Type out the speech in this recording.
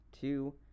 two